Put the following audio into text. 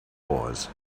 was